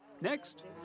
Next